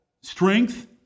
strength